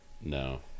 No